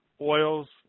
oils